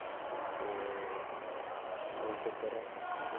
एह् एह् चक्कर ऐ